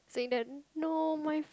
saying that no my